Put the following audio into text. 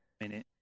minute